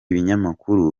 binyamakuru